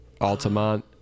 Altamont